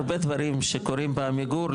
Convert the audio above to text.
הרבה דברים שקורים בעמיגור,